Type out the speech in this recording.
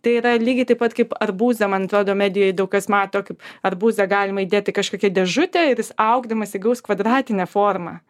tai yra lygiai taip pat kaip arbūzą man atrodo medijoj daug kas mato kaip arbūzą galima įdėt į kažkokią dėžutę ir jis augdamas įgaus kvadratinę formą